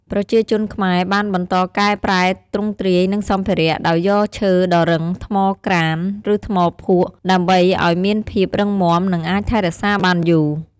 ប្រជាជនខ្មែរបានបន្តកែប្រែទ្រង់ទ្រាយ និងសម្ភារៈ ដោយយកឈើដ៏រឹង ថ្មក្រាន ឬថ្មភក់ ដើម្បីឲ្យមានភាពរឹងមាំ និងអាចថែរក្សាបានយូរ។។